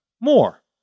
more